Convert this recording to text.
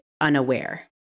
unaware